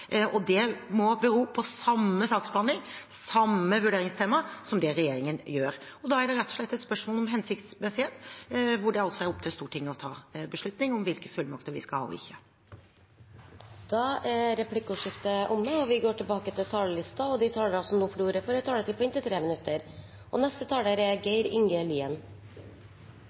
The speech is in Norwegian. Det må bero på samme saksbehandling, samme vurderingstema, som det regjeringen gjør. Da er det rett og slett et spørsmål om hensiktsmessighet, hvor det er opp til Stortinget å ta beslutning om hvilke fullmakter vi skal ha eller ikke. Replikkordskiftet er omme. De talere som heretter får ordet, har en taletid på inntil 3 minutter. I heimfylket mitt, Møre og